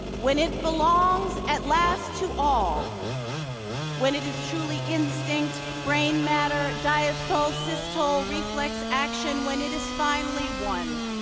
when it belongs at last to all when it is truly instinct, brain matter, diastole, systole, reflex action when it is finally won